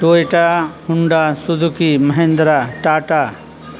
Toyota Honda Suzuki Mahindra Tata